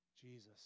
Jesus